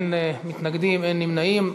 אין מתנגדים, אין נמנעים.